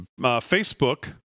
Facebook